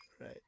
right